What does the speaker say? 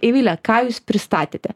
eivile ką jūs pristatėte